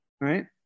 right